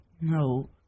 No